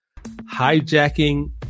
Hijacking